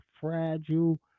fragile